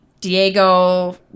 Diego